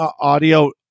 audio